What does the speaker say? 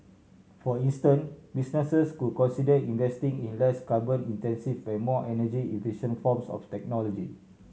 for instance businesses could consider investing in less carbon intensive and more energy efficient forms of technology